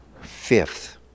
Fifth